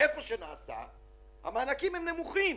איפה שנעשה - המענקים הם נמוכים.